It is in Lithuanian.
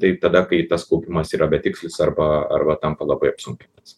tai tada kai tas kaupimas yra betikslis arba arba tampa labai apsunkintas